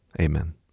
Amen